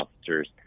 officers